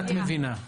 את מבינה.